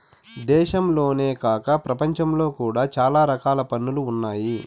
దేశంలోనే కాక ప్రపంచంలో కూడా చాలా రకాల పన్నులు ఉన్నాయి